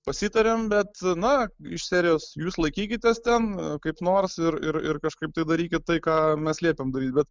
pasitarėm bet na iš serijos jūs laikykitės ten kaip nors ir ir ir kažkaip tai darykit tai ką mes liepiam daryt bet